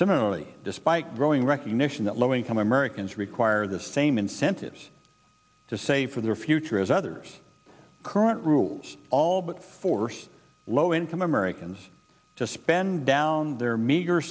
similarly despite growing recognition that low income americans require the same incentives to save for their future as others current rules all but force low income americans to spend down the